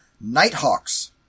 Nighthawks